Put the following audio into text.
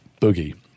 Boogie